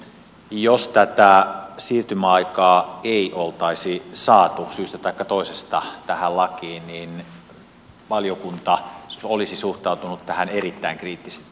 jos tätä siirtymäaikaa ei olisi saatu syystä taikka toisesta tähän lakiin niin valiokunta olisi suhtautunut tähän erittäin kriittisesti